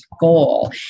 goal